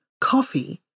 coffee